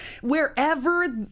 Wherever